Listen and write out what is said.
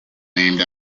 named